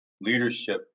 leadership